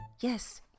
yes